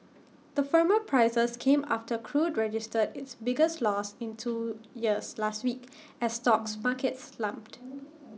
the firmer prices came after crude registered its biggest loss in two years last week as stock markets slumped